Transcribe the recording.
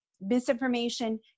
misinformation